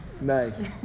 Nice